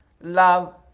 Love